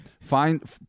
find